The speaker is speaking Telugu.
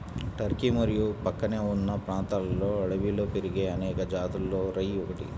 టర్కీ మరియు ప్రక్కనే ఉన్న ప్రాంతాలలో అడవిలో పెరిగే అనేక జాతులలో రై ఒకటి